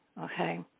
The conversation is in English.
okay